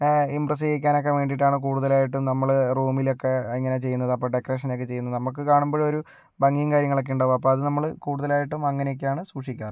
ഇമ്പ്രെസ്സെയ്യിക്കാനൊക്കെ വേണ്ടിയിട്ടാണ് കൂടുതലായിട്ടും നമ്മള് റൂമിലൊക്കെ അങ്ങനെ ചെയ്യുന്നത് അപ്പോൾ ഡെക്കറേഷനൊക്കെ ചെയ്യുന്നത് നമുക്ക് കാണുമ്പഴൊരു ഭംഗിയും കാര്യങ്ങളൊക്കെ ഉണ്ടാവും അപ്പോൾ അത് നമ്മള് കൂടുതലായിട്ടും അങ്ങനെയൊക്കെയാണ് സൂക്ഷിക്കാറ്